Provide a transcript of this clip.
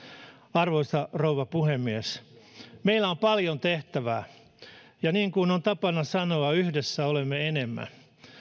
arvoisa rouva puhemies meillä on paljon tehtävää ja niin kuin on tapana sanoa yhdessä olemme enemmän